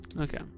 Okay